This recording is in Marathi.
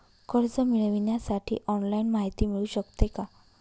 कर्ज मिळविण्यासाठी ऑनलाईन माहिती मिळू शकते का?